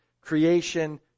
creation